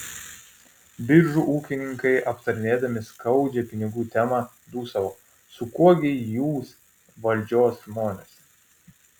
biržų ūkininkai aptarinėdami skaudžią pinigų temą dūsavo su kuo gi jūs valdžios žmonės